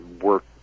work